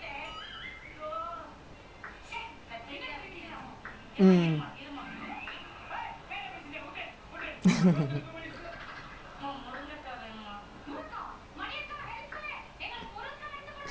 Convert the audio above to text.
oh ya then I was saying right I go kadai yesterday then err some uncle lah I think like some old uncle maybe play football last time then ask me what position then after that is like err he say [what] oh N_S very fun very enjoyable then I like ya ya ya